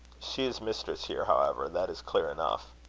she is mistress here, however that is clear enough.